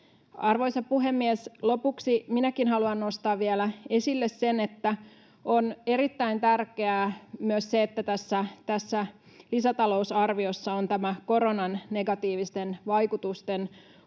Arvoisa puhemies! Lopuksi minäkin haluan nostaa vielä esille, että on erittäin tärkeää myös se, että tässä lisätalousarviossa on koronan negatiivisten vaikutusten